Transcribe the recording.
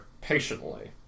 patiently